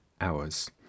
hours